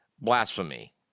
blasphemy